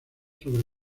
sobre